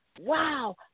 wow